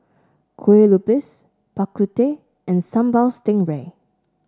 Kueh Lupis Bak Kut Teh and Sambal Stingray